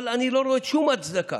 אבל אני לא רואה שום הצדקה